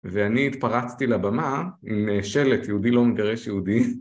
ואני התפרצתי לבמה עם שלט יהודי לא מגרש יהודי.